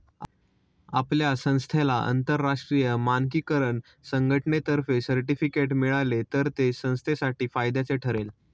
आपल्या संस्थेला आंतरराष्ट्रीय मानकीकरण संघटनेतर्फे सर्टिफिकेट मिळाले तर ते संस्थेसाठी फायद्याचे ठरेल